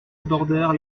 abordèrent